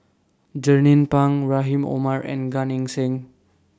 Jernnine Pang Rahim Omar and Gan Eng Seng